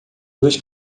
duas